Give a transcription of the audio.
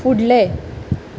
फुडलें